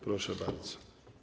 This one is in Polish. Proszę bardzo.